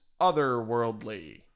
otherworldly